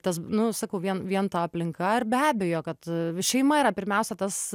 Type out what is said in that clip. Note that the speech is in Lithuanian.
tas nu sakau vien vien ta aplinka ir be abejo kad šeima yra pirmiausia tas